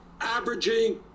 averaging